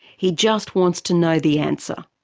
he just wants to know the answer.